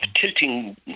tilting